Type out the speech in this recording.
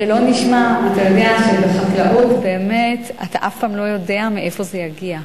אתה יודע שבחקלאות באמת אתה אף פעם לא יודע מאיפה זה יגיע.